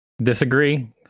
Disagree